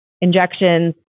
injections